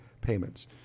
payments